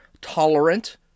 tolerant